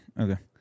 Okay